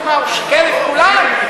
אז מה, הוא שיקר את כולם?